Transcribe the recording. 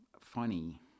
funny